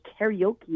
karaoke